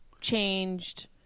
changed